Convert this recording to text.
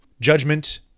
judgment